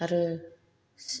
आरो